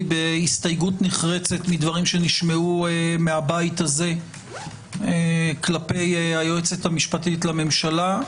בהסתייגות נחרצת מדברים שנשמעו מהבית הזה כלפי היועצת המשפטית לממשלה.